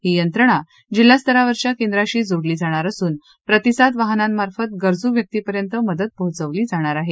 ही यंत्रणा जिल्हा स्तरावरच्या केंद्रांशी जोडली जाणार असून प्रतिसाद वाहनांमार्फत गरजू व्यक्तीपर्यंत मदत पोहोचवली जाणार आहे